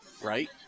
Right